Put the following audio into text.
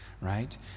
right